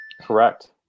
Correct